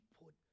put